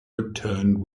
returned